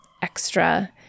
extra